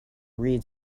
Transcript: read